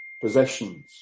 possessions